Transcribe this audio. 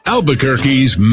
Albuquerque's